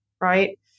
right